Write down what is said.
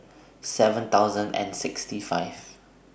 seven thousand and sixty five